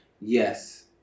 Yes